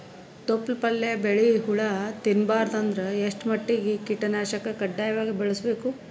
ತೊಪ್ಲ ಪಲ್ಯ ಬೆಳಿ ಹುಳ ತಿಂಬಾರದ ಅಂದ್ರ ಎಷ್ಟ ಮಟ್ಟಿಗ ಕೀಟನಾಶಕ ಕಡ್ಡಾಯವಾಗಿ ಬಳಸಬೇಕು?